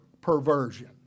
perversion